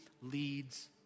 leads